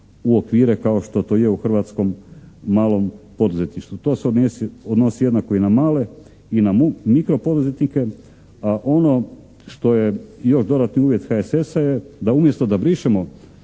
u okvire kao što to je u hrvatskom malom poduzetništvu. To se odnosi jednako i na male i na mikro poduzetnike, a ono što je još dodatni uvjet HSS-a je da umjesto da brišemo